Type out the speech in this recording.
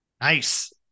Nice